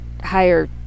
higher